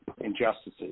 injustices